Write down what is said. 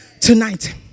tonight